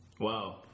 wow